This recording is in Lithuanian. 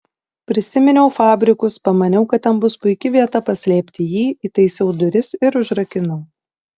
prisiminiau fabrikus pamaniau kad ten bus puiki vieta paslėpti jį įtaisiau duris ir užrakinau